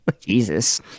jesus